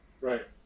Right